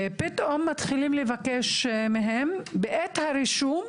פתאום מתחילים לבקש מהם דרכון ביומטרי בעת הרישום.